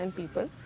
people